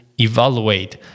evaluate